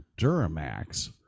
Duramax